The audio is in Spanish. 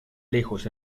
lejos